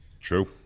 true